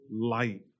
light